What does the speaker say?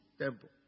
temple